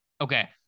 okay